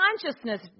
consciousness